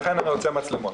לכן אני רוצה מצלמות.